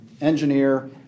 engineer